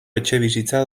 etxebizitza